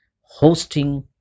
hosting